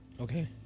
okay